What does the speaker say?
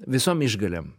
visom išgalėm